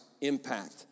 impact